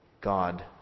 God